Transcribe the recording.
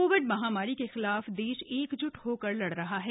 Covid महामारी के खिलाफ देश एकज्ट होकर लड़ रहा है